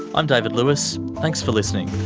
i'm david lewis. thanks for listening